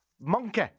monkey